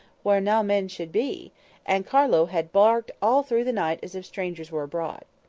where nae men should be and carlo had barked all through the night as if strangers were abroad.